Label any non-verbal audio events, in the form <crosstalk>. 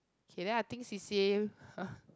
okay then I think C_C_A <noise>